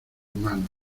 manos